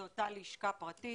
זו אותה לשכה פרטית